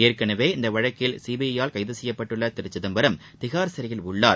ஏற்கனவே இந்த வழக்கில சிபிஐ யால் கைது செய்யப்பட்டுள்ள திரு சிதம்பரம் திகார் சிறையில் உள்ளார்